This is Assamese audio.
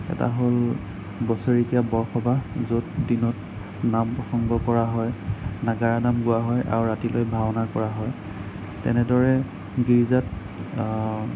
এটা হ'ল বছেৰেকীয়া বৰসভা য'ত দিনত নাম প্ৰসংগ কৰা হয় নাগাৰা নাম গোৱা হয় আৰু ৰাতিলৈ ভাওনা কৰা হয় তেনেদৰে গীৰ্জাত